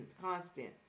constant